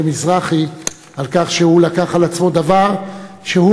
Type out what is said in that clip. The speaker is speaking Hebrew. מזרחי על כך שהוא לקח על עצמו דבר שהוא